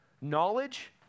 Knowledge